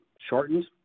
shortened